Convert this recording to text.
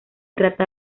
trata